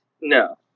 No